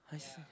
I see